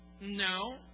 No